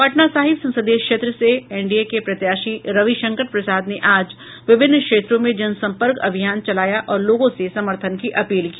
पटना साहिब संसदीय क्षेत्र से एनडीए के प्रत्याशी रविशंकर प्रसाद ने आज विभिन्न क्षेत्रों में जनसंपर्क अभियान चलाया और लोगों से समर्थन की अपील की